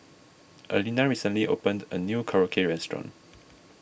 Allena recently opened a new Korokke restaurant